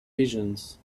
visions